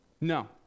no